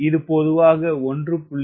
இது பொதுவாக 1